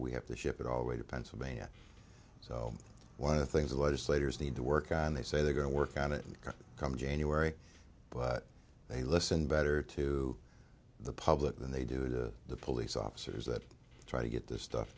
we have to ship it all way to pennsylvania so one of the things that legislators need to work on they say they're going to work on it and come january but they listen better to the public than they do to the police officers that try to get this stuff